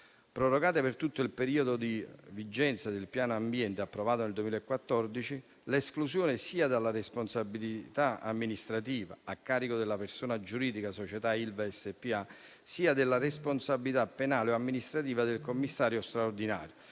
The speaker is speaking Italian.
prorogata per tutto il periodo di vigenza del Piano ambiente, approvato nel 2014, l'esclusione sia della responsabilità amministrativa a carico della persona giuridica società Ilva SpA sia della responsabilità penale o amministrativa del commissario straordinario,